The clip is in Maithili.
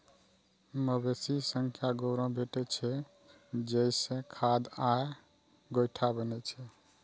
मवेशी सं गोबरो भेटै छै, जइसे खाद आ गोइठा बनै छै